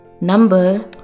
number